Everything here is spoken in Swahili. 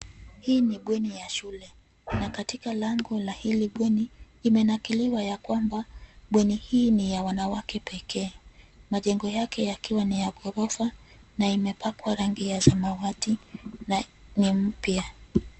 Hii ni bweni ya shule na katika lango la hili bweni limenakiliwa ya kwamba bweni hii ni ya wanawake pekee. Majengo yake yakiwa ni ya ghorofa na imepakwa rangi ya samawati na ni mpya.